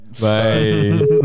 Bye